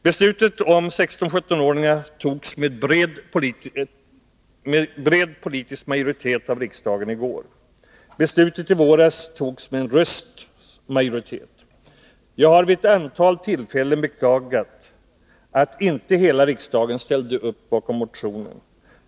Beslutet om 16-17-åringar fattades med bred politisk majoritet av riksdagen i går. Beslutet i våras antogs med en rösts majoritet. Jag har vid ett antal tillfällen beklagat att inte hela riksdagen ställde upp bakom motionen.